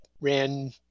ran